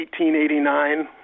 1889